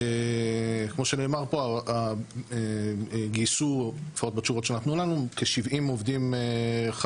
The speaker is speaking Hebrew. שלא כולם התייחסו אם קיים אצלם בכלל מנגנון